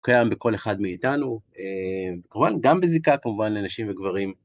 קיים בכל אחד מאיתנו, כמובן גם בזיקה, כמובן לנשים וגברים.